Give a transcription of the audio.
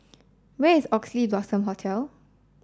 where is Oxley Blossom Hotel